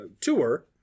tour